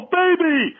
baby